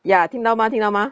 ya 听到吗听到吗